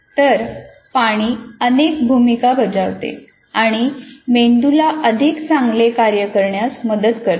तर पाणी अनेक भूमिका बजावते आणि मेंदूला अधिक चांगले कार्य करण्यास मदत करते